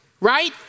right